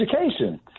education